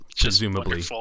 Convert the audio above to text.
Presumably